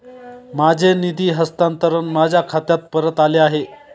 माझे निधी हस्तांतरण माझ्या खात्यात परत आले आहे